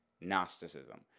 Gnosticism